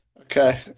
Okay